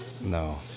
No